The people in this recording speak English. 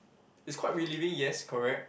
it's quite relieving yes correct